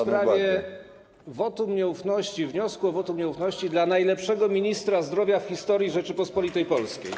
w sprawie wotum nieufności, wniosku o wotum nieufności dla najlepszego ministra zdrowia w historii Rzeczypospolitej Polskiej.